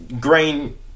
Green